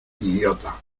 idiota